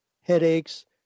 headaches